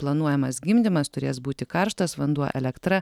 planuojamas gimdymas turės būti karštas vanduo elektra